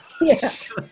Yes